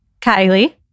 Kylie